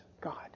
God